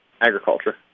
agriculture